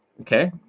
Okay